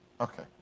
Okay